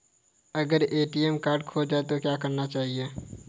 अगर ATM card खो जाए तो क्या करना चाहिए?